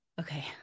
okay